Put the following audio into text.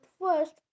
first